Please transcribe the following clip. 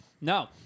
No